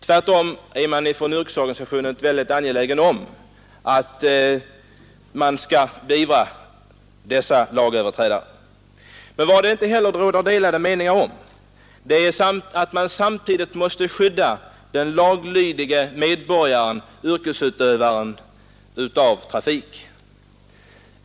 Tvärtom är man från yrkesorganisationerna mycket angelägen om att beivra lagöverträdelser av detta slag. Men vad det inte heller råder några delade meningar om är att man samtidigt måste skydda den laglydige medborgaren-yrkesutövaren som är verksam i trafiken.